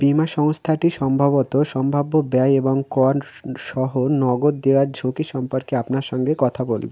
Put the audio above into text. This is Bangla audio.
বিমা সংস্থাটি সম্ভবত সম্ভাব্য ব্যয় এবং কর সহ নগদ দেওয়ার ঝুঁকি সম্পর্কে আপনার সঙ্গে কথা বলে